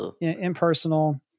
impersonal